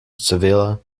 sevilla